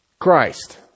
Christ